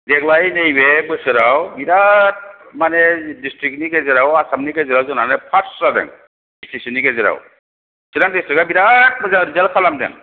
देग्लाय नैबे बोसोराव बिराद माने दिस्ट्रिक्टनि गेजेराव जोंनानो फार्स्ट जादों दिस्ट्रिक्टफोरनि गेजेराव चिरां दिस्ट्रिक्टा बिराद मोजां रिसाल्ट खालामदों